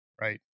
right